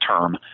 term